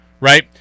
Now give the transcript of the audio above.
right